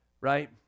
Right